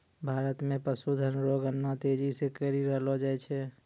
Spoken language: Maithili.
भारत मे पशुधन रो गणना तेजी से करी रहलो जाय छै